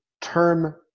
term